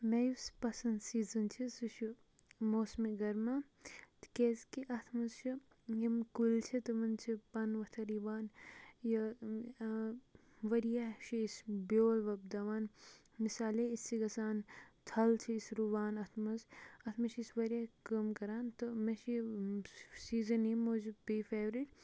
مےٚ یُس پَسَنٛد سیٖزَن چھُ سُہ چھُ موسمہِ گرما تِکیازکہِ اتھ مَنٛز چھُ یِم کُلۍ چھِ تمَن چھِ پَنہٕ ؤتھٕر یِوان یہِ ؤریَس چھِ أسۍ بیول وۄبداوان مِثالے أسۍ چھِ گَژھان تھل چھِ أسۍ رُوان اتھ مَنٛز اتھ مَنٛز چھِ أسۍ واریاہ کٲم کران تہٕ مےٚ چھِ یہِ سیٖزَن ییٚمہِ موٗجوٗب بیٚیہِ فیورِت